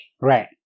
Right